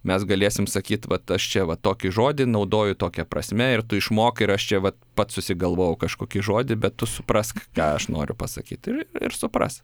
mes galėsim sakyt vat aš čia va tokį žodį naudoju tokia prasme ir tu išmok ir aš čia vat pats susigalvojau kažkokį žodį bet tu suprask ką aš noriu pasakyt ir ir supras